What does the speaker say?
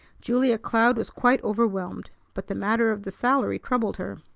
julia cloud was quite overwhelmed. but the matter of the salary troubled her.